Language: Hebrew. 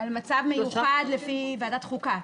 -- על מצב מיוחד לפי ועדת החוקה.